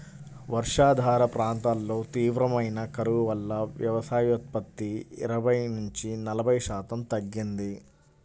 వర్షాధార ప్రాంతాల్లో తీవ్రమైన కరువు వల్ల వ్యవసాయోత్పత్తి ఇరవై నుంచి నలభై శాతం తగ్గింది